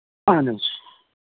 اَہَن حظ